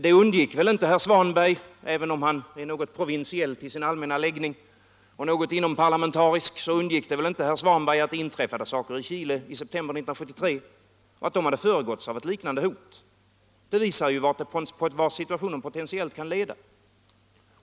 Det undgick väl inte herr Svanberg, även om herr Svanberg är något provinsiell och inomparlamentarisk till sin allmänna läggning, att det inträffade saker i Chile i september 1973 och att detta hade föregåtts av ett liknande hot? Det visar vart situationen potentiellt kan leda.